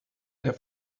der